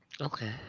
okay